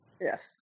Yes